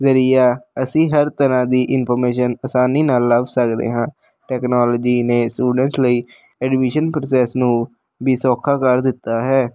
ਜ਼ਰੀਆ ਅਸੀਂ ਹਰ ਤਰ੍ਹਾਂ ਦੀ ਇਨਫੋਰਮੇਸ਼ਨ ਆਸਾਨੀ ਨਾਲ ਲੱਭ ਸਕਦੇ ਹਾਂ ਟੈਕਨੋਲੋਜੀ ਨੇ ਸਟੂਡੈਂਟਸ ਲਈ ਐਡਮਿਸ਼ਨ ਪ੍ਰੋਸੈਸ ਨੂੰ ਵੀ ਸੌਖਾ ਕਰ ਦਿੱਤਾ ਹੈ